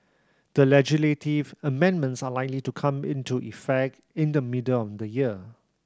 the legislative amendments are likely to come into effect in the middle of the year